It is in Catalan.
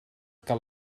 que